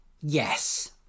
yes